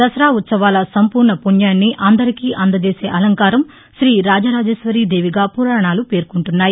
దసరా ఉత్సవాల సంపూర్ణ పుణ్యాన్ని అందరికీ అందజేసే అలంకారం శ్రీ రాజరాజేశ్వరీ దేవిగా పురాణాలు పేర్కొంటున్నాయి